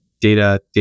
data